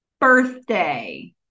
birthday